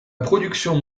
production